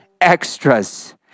Extras